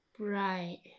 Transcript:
Right